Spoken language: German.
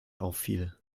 auffiel